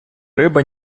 риба